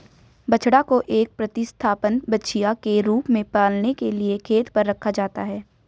बछड़ा को एक प्रतिस्थापन बछिया के रूप में पालने के लिए खेत पर रखा जाता है